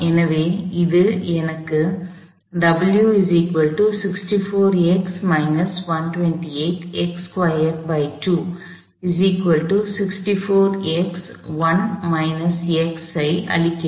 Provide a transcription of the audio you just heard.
எனவே அது எனக்கு அளிக்கிறது